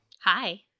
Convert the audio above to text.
Hi